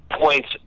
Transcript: points